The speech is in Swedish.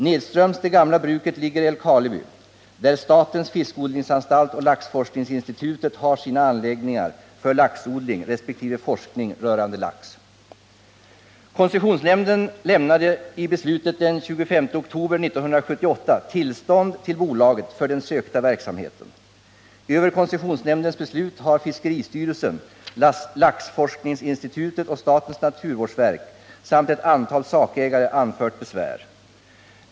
Nedströms det gamla bruket ligger Älvkarleby, där statens fiskodlingsanstalt och laxforskningsinstitutet har sina anläggningar för laxodling resp. forskning rörande lax. Koncessionsnämnden lämnade i beslut den 25 oktober 1978 tillstånd till bolaget för den sökta verksamheten. Över koncessionsnämndens beslut har fiskeristyrelsen, laxforskningsinstitutet och statens naturvårdsverk samt ett antal sakägare anfört besvär.